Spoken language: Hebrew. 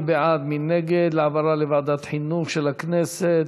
מי בעד ומי נגד העברה לוועדת החינוך של הכנסת?